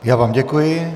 Já vám děkuji.